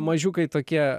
mažiukai tokie